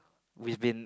we've been